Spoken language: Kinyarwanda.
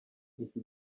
iki